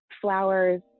flowers